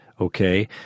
okay